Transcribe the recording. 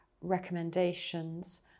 recommendations